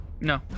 No